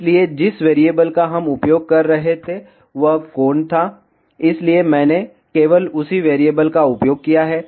इसलिए जिस वेरिएबल का हम उपयोग कर रहे थे वह कोण था इसलिए मैंने केवल उसी वेरिएबल का उपयोग किया है